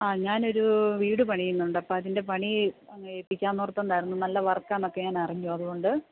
ആ ഞാൻ ഒരു വീട് പണിയുന്നുണ്ട് അപ്പോൾ അതിൻ്റെ പണി അങ്ങ് ഏൽപ്പിക്കാമെന്ന് ഓർത്തു കൊണ്ടായിരുന്നു നല്ല വർക്കാണ് എന്നൊക്കെ ഞാൻ അറിഞ്ഞു അതുകൊണ്ട്